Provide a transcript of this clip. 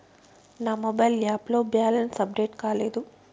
నా mobile app లో balance update కాలేదు